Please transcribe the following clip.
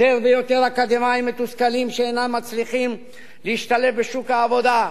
יותר ויותר אקדמאים מתוסכלים אינם מצליחים להשתלב בשוק העבודה.